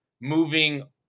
moving